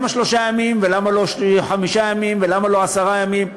למה שלושה ימים ולמה לא חמישה ימים ולמה לא עשרה ימים?